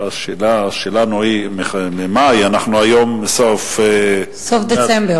השאלה שלנו היא, ממאי, אנחנו היום בסוף דצמבר.